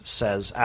says